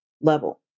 level